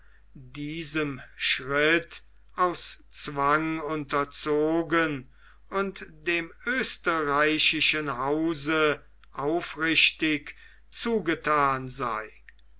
diesem schritt aus zwang unterzogen und dem österreichischen hause aufrichtig zugethan sei